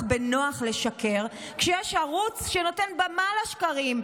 בנוח לשקר כשיש ערוץ שנותן במה לשקרים?